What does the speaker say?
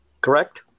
correct